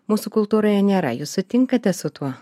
mūsų kultūroje nėra jūs sutinkate su tuo